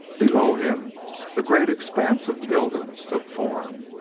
below him the great expanse of buildings took form,